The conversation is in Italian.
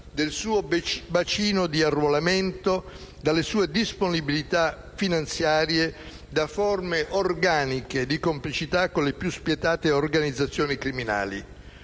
del suo bacino di arruolamento, dalle sue disponibilità finanziarie, da forme organiche di complicità con le più spietate organizzazioni criminali.